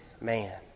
man